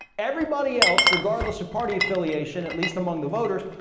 everybody else, regardless of party affiliation, at least among the voters,